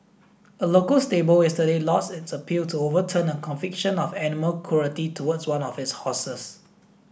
a local stable yesterday lost its appeal to overturn a conviction of animal cruelty towards one of its horses